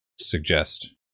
suggest